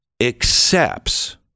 accepts